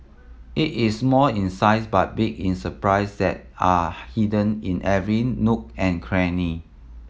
it is small in size but big in surprise that are hidden in every nook and cranny